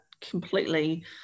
completely